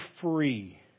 free